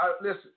listen